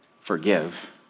forgive